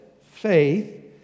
faith